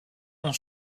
ont